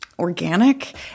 organic